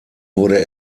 wurde